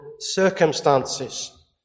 circumstances